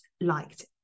liked